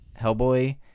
Hellboy